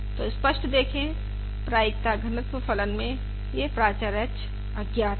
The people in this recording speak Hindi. तो स्पष्ट देखें प्रायिकता घनत्व फलन में यह प्राचर h अज्ञात है